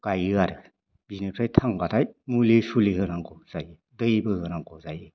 गायो आरो बिनिफ्राय थांबाथाय मुलि होनांगौ जायो दै बो होनांगौ जायो